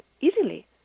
easily